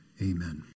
Amen